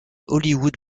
hollywood